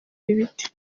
ibiti